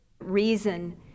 Reason